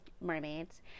mermaids